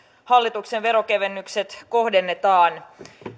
hallituksen verokevennykset kohdennetaan